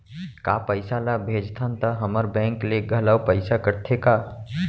का पइसा ला भेजथन त हमर बैंक ले घलो पइसा कटथे का?